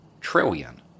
trillion